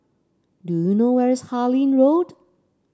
do you know where's Harlyn Road